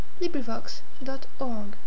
LibriVox.org